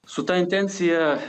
su ta intencija